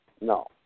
No